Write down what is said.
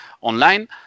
online